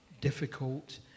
difficult